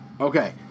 Okay